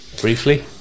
Briefly